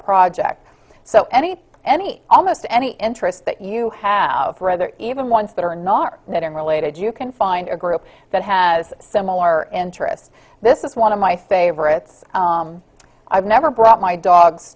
project so any any almost any interest that you have rather even ones that are not related you can find a group that has similar interests this is one of my favorites i've never brought my dogs